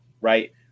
right